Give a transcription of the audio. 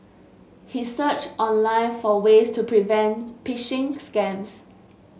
he searched online for ways to prevent phishing scams